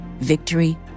victory